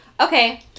Okay